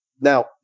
Now